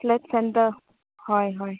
flat sandal ꯍꯣꯏ ꯍꯣꯏ